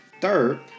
Third